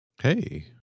Hey